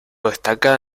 destacada